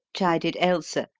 chided ailsa,